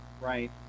right